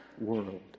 world